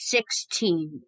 Sixteen